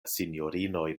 sinjorinoj